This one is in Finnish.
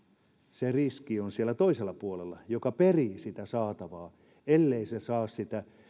se riski on siellä toisella puolella joka perii sitä saatavaa ellei se saa sitä